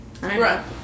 Right